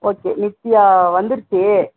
okay Nithya வந்துடுச்சு